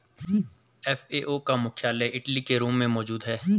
FAO का मुख्यालय Italy के रोम में मौजूद है